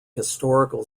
historical